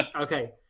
Okay